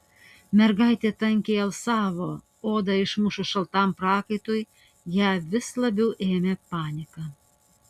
mergaitė tankiai alsavo odą išmušus šaltam prakaitui ją vis labiau ėmė panika